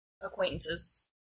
acquaintances